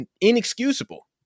inexcusable